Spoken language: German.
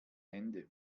hände